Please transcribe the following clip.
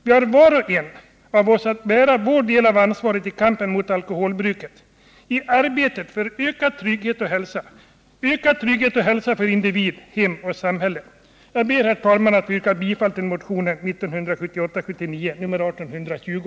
Vi har var och en att bära vår del av ansvaret i kampen mot alkoholbruket — i arbetet för ökad trygghet och hälsa för individ, hem och samhälle. Jag ber, herr talman, att få yrka bifall till motionen 1978/79:1820.